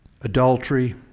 adultery